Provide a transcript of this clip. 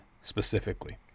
specifically